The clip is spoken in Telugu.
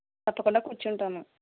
తప్పకుండా కూర్చుంటాము